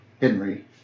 Henry